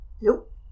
Nope